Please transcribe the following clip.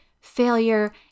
failure